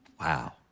Wow